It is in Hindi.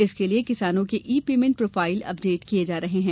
इसके लिए किसानो के ई पेमेण्ट प्रोफाइल अपडेट किये जा रहे हैं